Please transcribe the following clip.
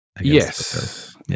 Yes